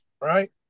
right